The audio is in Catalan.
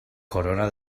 corona